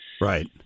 Right